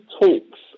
talks